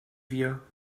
wir